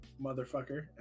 motherfucker